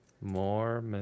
More